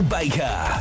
Baker